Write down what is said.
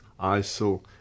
ISIL